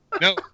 no